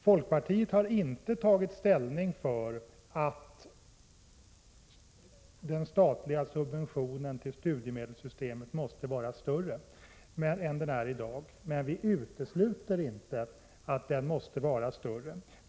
Folkpartiet har inte tagit ställning för att den statliga subventionen till studiemedelssystemet skall vara större än i dag, men vi utesluter inte att den måste vara större.